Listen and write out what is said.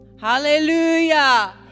Hallelujah